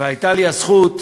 והייתה לי הזכות,